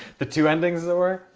the two endings there were?